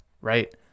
right